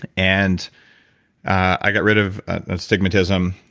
and i got rid of astigmatism,